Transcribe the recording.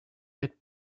get